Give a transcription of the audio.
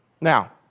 Now